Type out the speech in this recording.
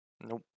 Nope